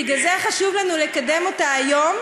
לכן חשוב לנו לקדם אותה היום,